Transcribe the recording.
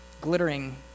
glittering